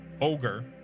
ogre